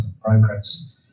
progress